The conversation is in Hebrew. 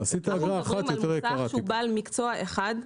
זה מוסך שהוא בעל מקצוע אחד,